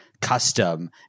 custom